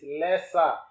lesser